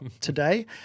today